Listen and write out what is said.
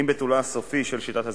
עם ביטולה הסופי של שיטת הזיכיונות.